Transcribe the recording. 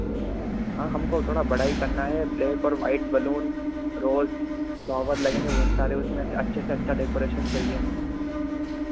हमको थोड़ा बड़ा ही करना है ब्लैक और व्हाइट बलून रोज़ फ्लोवर लगेंगे बहुत सारे उसमें अच्छे से अच्छा डेकोरेशन चाहिये हमको